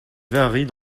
verrerie